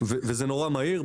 וזה מאוד מהיר.